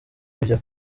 kujya